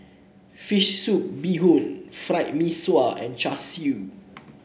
Fish Soup Bee Hoon Fried Mee Sua and Char Siu